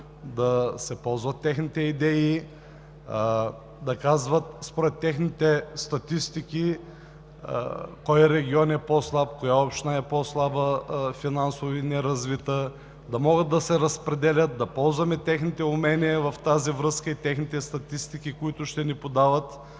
да се ползват техните идеи, да казват според техните статистики кой регион е по-слаб, коя община е по-слаба финансово и не е развита, да могат да се разпределят, да ползваме техните умения в тази връзка и техните статистики, които ще подават,